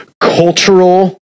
cultural